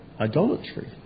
idolatry